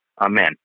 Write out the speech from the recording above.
Amen